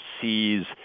sees